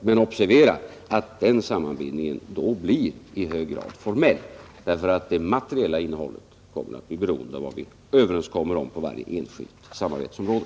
Men observera att den sammanbindningen då i hög grad blir formell, därför att det materiella innehållet blir beroende av vad vi överenskommer på varje enskilt samarbetsområde.